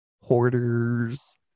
hoarders